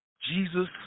Jesus